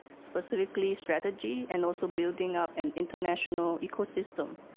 specifically strategy and also building up an international ecosystem.